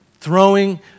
Throwing